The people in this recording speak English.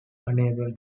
unable